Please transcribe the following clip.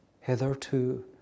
hitherto